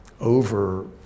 over